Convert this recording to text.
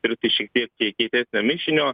ir tai šiek tiek kie kietesnio mišinio